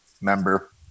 member